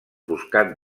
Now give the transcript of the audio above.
buscat